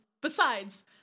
Besides-